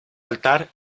altar